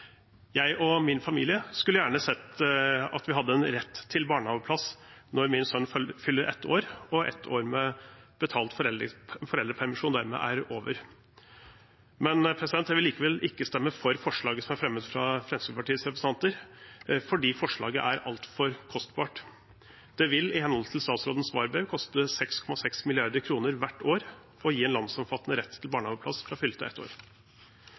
Jeg og min familie skulle gjerne sett at vi hadde en rett til barnehageplass når min sønn fyller ett år og et år med betalt foreldrepermisjon dermed er over. Jeg vil likevel ikke stemme for forslaget som er fremmet fra Fremskrittspartiets representanter, fordi forslaget er altfor kostbart. Det vil i henhold til statsrådens svarbrev koste 6,6 mrd. kr hvert år å gi en landsomfattende rett til barnehageplass fra fylte ett år.